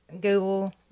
Google